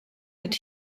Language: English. that